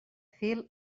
fil